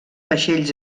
vaixells